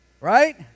right